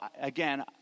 again